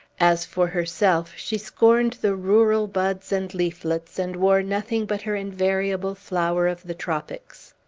as for herself, she scorned the rural buds and leaflets, and wore nothing but her invariable flower of the tropics.